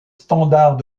standards